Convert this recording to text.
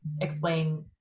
explain